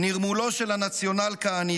נרמולו של הנציונל-כהניזם,